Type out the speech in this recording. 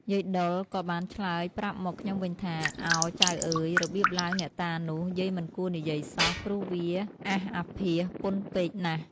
យាយដុលក៏បានឆ្លើយប្រាប់មកខ្ញុំវិញថា៖ “ឱ! ចៅអើយ របៀបឡើងអ្នកតានោះ យាយមិនគួរនិយាយសោះ ព្រោះវាអាសអាភាសពន់ពេកណាស់។